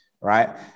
right